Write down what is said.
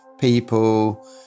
people